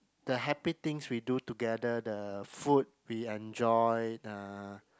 the happy things we do together the food we enjoy the